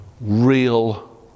real